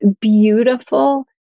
beautiful